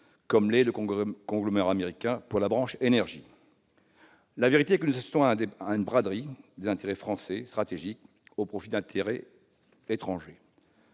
comme l'est le conglomérat américain pour la branche énergie. La vérité est que nous assistons à une braderie des intérêts stratégiques français au profit d'intérêts étrangers.